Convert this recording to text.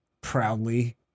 proudly